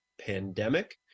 pandemic